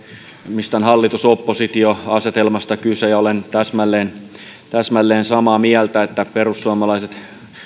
mistään hallitus oppositio asetelmasta kyse olen täsmälleen täsmälleen samaa mieltä että perussuomalaiset